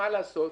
מה לעשות,